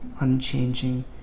unchanging